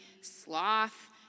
sloth